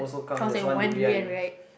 because they want durian right